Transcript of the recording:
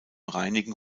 reinigen